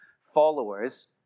followers